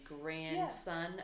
grandson